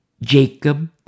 Jacob